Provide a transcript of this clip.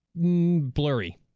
Blurry